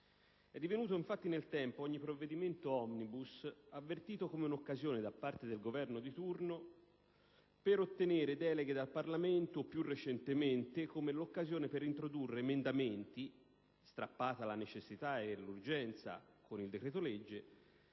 è stato. Infatti, nel tempo ogni provvedimento *omnibus* è stato avvertito come un'occasione da parte del Governo di turno per ottenere deleghe dal Parlamento o, più recentemente, come l'occasione per introdurre emendamenti, strappate la necessità e l'urgenza con il decreto-legge,